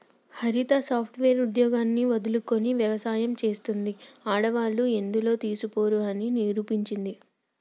హరిత software ఉద్యోగాన్ని వదులుకొని వ్యవసాయం చెస్తాంది, ఆడవాళ్లు ఎందులో తీసిపోరు అని నిరూపించింది